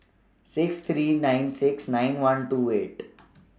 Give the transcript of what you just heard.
six three nine six nine one two eight